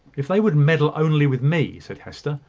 if they would meddle only with me, said hester,